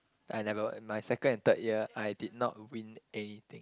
I never my second and third year I did not win anything